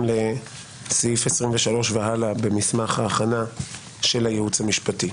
לסעיף 23 והלאה במסמך ההכנה של הייעוץ המשפטי.